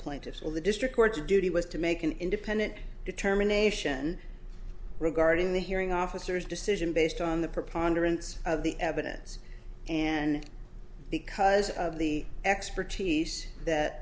plaintiffs all the district court the duty was to make an independent determination regarding the hearing officers decision based on the preponderance of the evidence and because of the expertise that